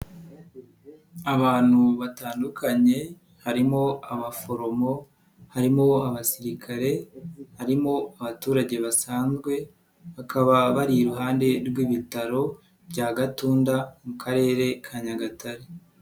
Abantu batandukanye harimo abaforomo, harimo abasirikare, harimo abaturage basanzwe, bakaba bari iruhande rw'ibitaro bya Gatunda mu Karere ka Nyagatare.